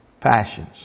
passions